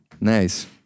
Nice